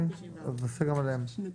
אז נצביע גם עליהם.